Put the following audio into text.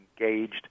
engaged